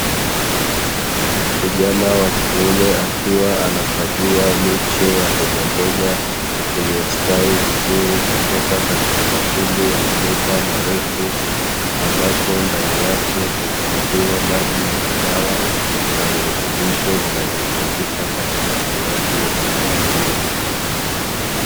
Kijana wa kiume akiwa anakagua miche ya mbogamboga iliyostawi vizuri kutoka katika matundu ya mabomba marefu, ambapo ndani yake huhifadhiwa maji yenye dawa na virutubisho vinavyohitajika katika ukuaji wa mimea hiyo.